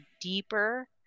deeper